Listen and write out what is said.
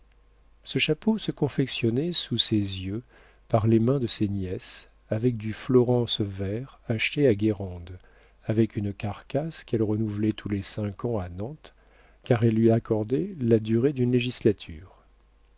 ce chapeau se confectionnait sous ses yeux par les mains de ses nièces avec du florence vert acheté à guérande avec une carcasse qu'elle renouvelait tous les cinq ans à nantes car elle lui accordait la durée d'une législature